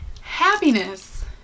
happiness